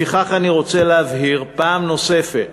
לפיכך, אני רוצה להבהיר פעם נוספת,